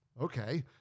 Okay